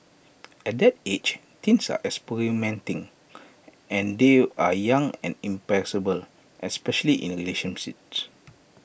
at that age teens are experimenting and they are young and impressible especially in relationships